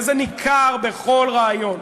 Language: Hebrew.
וזה ניכר בכל ריאיון.